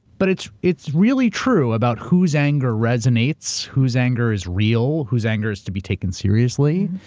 but it's it's really true about whose anger resonates, whose anger is real, whose anger is to be taken seriously.